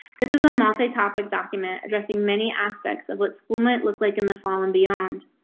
this is a multi topic document addressing many aspects of what school might look like in the fall and beyond.